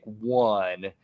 one